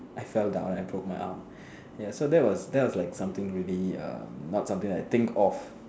I fell down and I broke my arm ya so that was that was like something really um not something that I think of